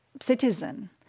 citizen